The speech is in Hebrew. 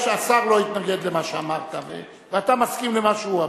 השר לא יתנגד למה שאמרת, ואתה מסכים למה שהוא אמר.